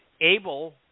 able